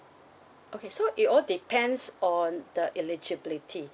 okay so it all depends on the eligibility